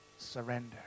surrender